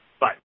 Bye